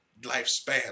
lifespan